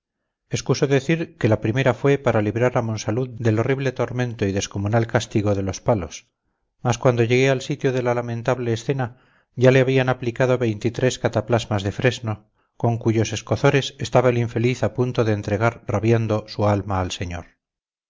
mayor actividad excuso decir que la primera fue para librar a monsalud del horrible tormento y descomunal castigo de los palos mas cuando llegué al sitio de la lamentable escena ya le habían aplicado veintitrés cataplasmas de fresno con cuyos escozores estaba el infeliz a punto de entregar rabiando su alma al señor